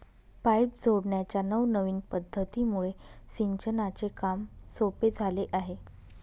pipe जोडण्याच्या नवनविन पध्दतीमुळे सिंचनाचे काम सोपे झाले आहे